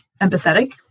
empathetic